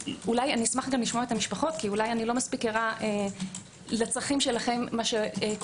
אשמח לשמוע את המשפחות כי אולי לא מספיק ערה לצרכים שלכם בשטח.